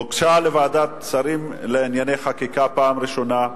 הוגשה לוועדת השרים לענייני חקיקה פעם ראשונה,